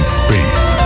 space